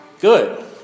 good